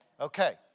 Okay